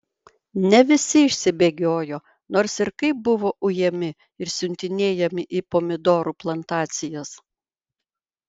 ne visi išsibėgiojo nors ir kaip buvo ujami ir siuntinėjami į pomidorų plantacijas